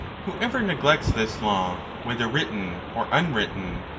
whoever neglects this law, whether written or unwritten,